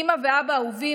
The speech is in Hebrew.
אימא ואבא אהובים,